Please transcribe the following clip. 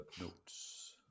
Notes